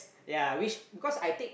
ya which because I take